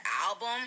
album